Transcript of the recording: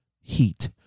heat